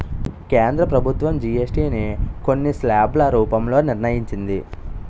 కేంద్ర ప్రభుత్వం జీఎస్టీ ని కొన్ని స్లాబ్ల రూపంలో నిర్ణయించింది